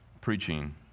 preaching